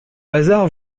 hasard